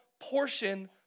portion